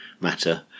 matter